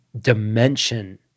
dimension